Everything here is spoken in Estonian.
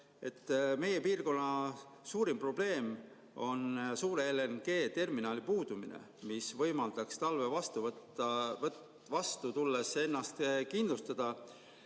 meie piirkonna suurim probleem on suure LNG terminali puudumine, see võimaldaks talve tulles ennast kindlustada.